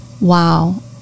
Wow